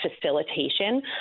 facilitation